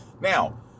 now